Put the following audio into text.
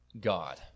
God